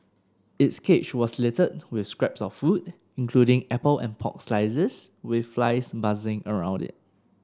its cage was littered with scraps of food including apple and pork slices with flies buzzing around it